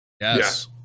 yes